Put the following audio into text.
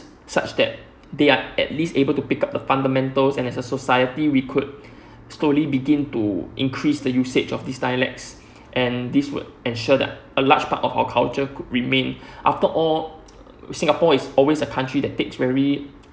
such that they are at least able to pick up the fundamental and as a society we could slowly begin to increase the usage of these dialects and this would ensure that a large part of our culture could remain after all singapore is always a country that takes very